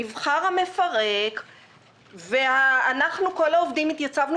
נבחר המפרק ואנחנו כל העובדים התייצבנו